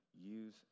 use